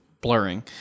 blurring